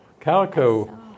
Calico